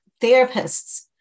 therapists